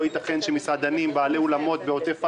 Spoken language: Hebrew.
לא יתכן שמסעדנים, בעלי אולמות בעוטף עזה,